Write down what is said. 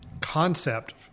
concept